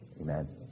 amen